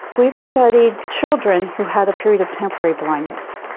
we've studied children who had a period of temporary blindness.